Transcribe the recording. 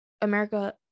America